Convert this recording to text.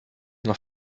noch